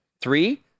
Three